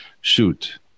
Shoot